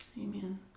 Amen